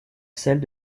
celle